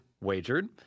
wagered